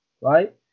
right